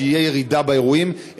שתהיה ירידה באירועים,